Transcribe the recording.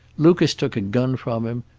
lucas took a gun from him,